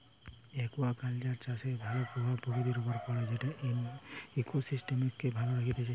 aquaculture চাষের ভাল প্রভাব প্রকৃতির উপর পড়ে যেটা ইকোসিস্টেমকে ভালো রাখতিছে